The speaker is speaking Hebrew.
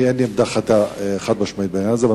אין לי עמדה חד-משמעית בעניין הזה,